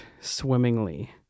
swimmingly